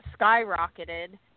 skyrocketed